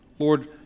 Lord